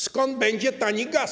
Skąd będzie tani gaz?